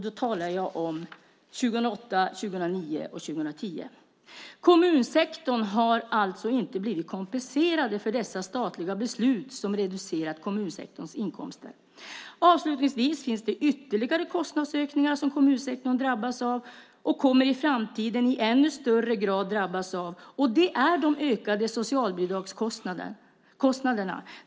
Då talar jag om 2008, 2009 och 2010. Kommunsektorn har alltså inte blivit kompenserad för dessa statliga beslut som reducerat kommunsektorns inkomster. Avslutningsvis finns det ytterligare kostnadsökningar som kommunsektorn drabbas av och i framtiden i ännu större grad kommer att drabbas av. Det är de ökade socialbidragskostnaderna.